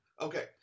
Okay